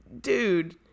dude